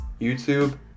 YouTube